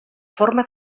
forma